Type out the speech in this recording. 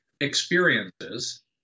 experiences